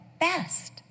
best